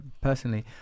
personally